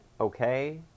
okay